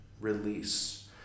release